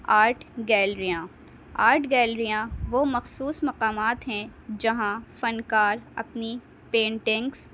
art گیلریاں art گیلریاں وہ مخصوص مقامات ہیں جہاں فنکار اپنی پینٹنگس